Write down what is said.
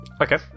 Okay